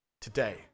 today